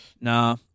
Nah